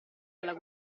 nella